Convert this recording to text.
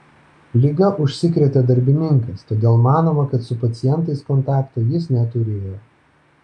liga užsikrėtė darbininkas todėl manoma kad su pacientais kontakto jis neturėjo